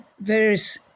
various